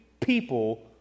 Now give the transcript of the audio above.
people